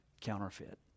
counterfeit